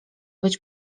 być